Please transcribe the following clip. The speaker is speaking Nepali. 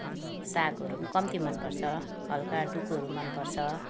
सागहरू पनि कम्ती मनपर्छ हल्का डुकुहरू मनपर्छ